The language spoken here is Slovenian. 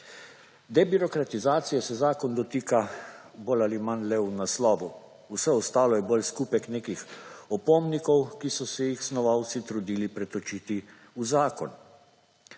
Debirokratizacija se zakon dotika bolj ali manj le v naslovu, vse ostalo je bolj skupek nekih opomnikov, ki so si jih snovalci trudili pretočiti v zakon.